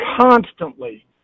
constantly